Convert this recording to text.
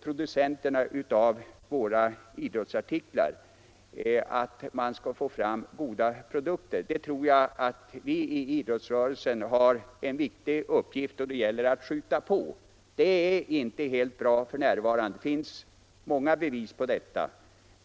producenterna av våra idrottsartiklar — att man skall få fram goda produkter — tror jag att för oss i idrottsrörelsen är det en viktig uppgift att skjuta på. Det är inte helt bra f. n. Det finns många bevis på detta.